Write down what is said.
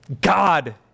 God